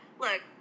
Look